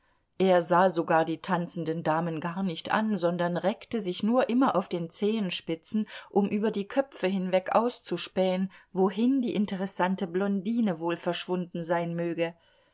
er sah sogar die tanzenden damen gar nicht an sondern reckte sich nur immer auf den zehenspitzen um über die köpfe hinweg auszuspähen wohin die interessante blondine wohl verschwunden sein möge